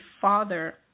father